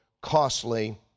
costly